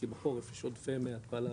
כי בחורף יש עודפי מי התפלה וזה,